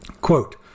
Quote